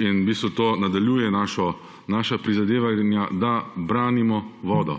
in v bistvu to nadaljuje naša prizadevanja, da branimo vodo.